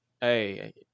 hey